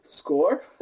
Score